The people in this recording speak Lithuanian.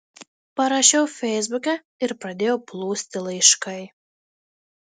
parašiau feisbuke ir pradėjo plūsti laiškai